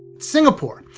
singapore,